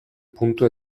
puntu